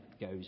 goes